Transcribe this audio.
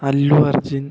Allu Arjun